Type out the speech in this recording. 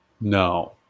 No